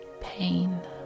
pain